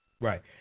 Right